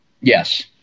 Yes